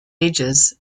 ages